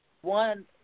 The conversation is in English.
One